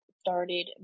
started